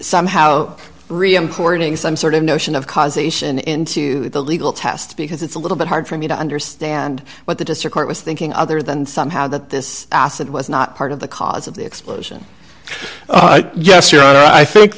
somehow reem courting some sort of notion of cause ation into the legal test because it's a little bit hard for me to understand what the district court was thinking other than somehow that this acid was not part of the cause of the explosion yes your honor i think